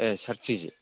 ए सात के जि